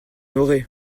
aurait